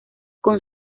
con